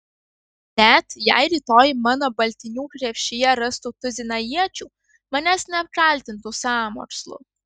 net jei rytoj mano baltinių krepšyje rastų tuziną iečių manęs neapkaltintų sąmokslu